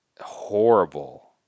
horrible